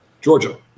georgia